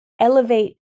Elevate